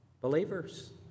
believers